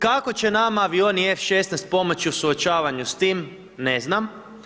Kako će nama avioni F16 pomoći u suočavanju sa tim, ne znam.